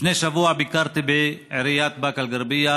לפני שבוע ביקרתי בעיריית באקה אל-גרבייה